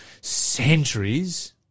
centuries